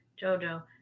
Jojo